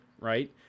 right